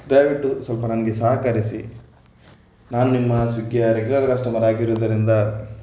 ದಯವಿಟ್ಟು ಸ್ವಲ್ಪ ನನಗೆ ಸಹಕರಿಸಿ ನಾನು ನಿಮ್ಮ ಸ್ವಿಗ್ಗಿಯ ರೆಗ್ಯುಲರ್ ಕಸ್ಟಮರ್ ಆಗಿರುವುದರಿಂದ